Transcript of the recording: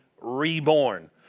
reborn